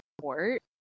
support